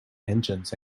engines